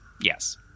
Yes